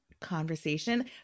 conversation